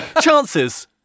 Chances